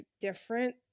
different